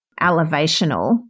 elevational